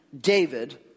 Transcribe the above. David